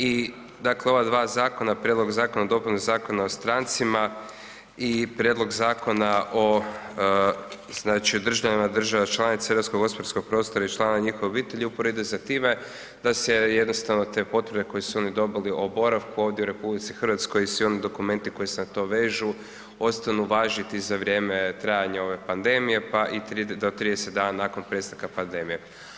I, dakle ova dva zakona, prijedlog zakona o dopuni Zakona o strancima i prijedlog Zakona o, znači državljanima država članica Europskog gospodarskog prostora i članovima njihovih obitelji uporedo ide za time da se jednostavno te potvrde koje su oni dobili o boravku ovdje u RH i svi oni dokumenti koji se na to vežu ostanu važiti za vrijeme trajanja ove pandemije pa do 30 dana nakon prestanka pandemije.